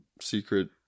secret